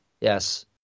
Yes